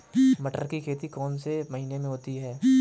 मटर की खेती कौन से महीने में होती है?